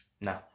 No